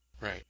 Right